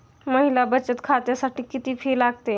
महिला बचत खात्यासाठी किती फी लागते?